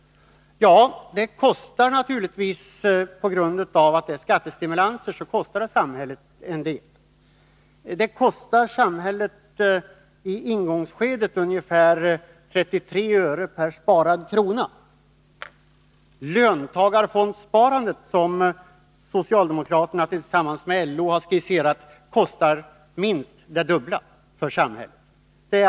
Ja, på grund av skattestimulanserna kostar det naturligtvis samhället en del. Det kostar samhället i ingångsskedet ungefär 33 öre per sparad krona. Löntagarfondssparandet, som socialdemokraterna tillsammans med LO skisserat, kostar minst det dubbla för samhället.